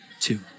two